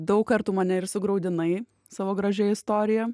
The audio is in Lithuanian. daug kartų mane ir sugraudinai savo gražia istorija